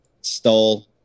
Stole